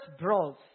brawls